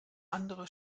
andere